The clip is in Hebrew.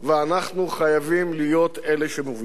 אנחנו חייבים להיות אלה שמובילים.